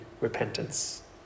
repentance